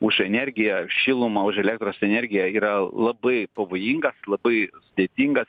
už energiją šilumą už elektros energiją yra labai pavojingas labai sudėtingas